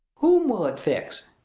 whom will it fix?